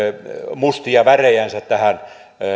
mustia värejänsä tähän